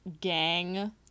gang